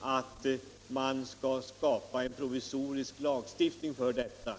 om det lämpliga i att skapa en provisorisk lagstiftning för detta.